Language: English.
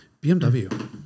BMW